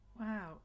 Wow